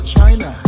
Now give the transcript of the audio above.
China